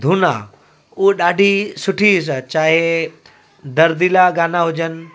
धुन आहे उहो ॾाढी सुठी सा चाहे दर्दीला गाना हुजनि